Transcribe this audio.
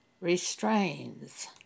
restrains